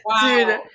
Dude